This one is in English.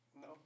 No